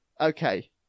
Okay